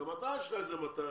גם אתה יש לך משימה.